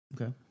Okay